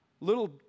little